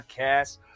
podcast